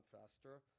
faster